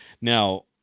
Now